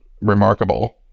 remarkable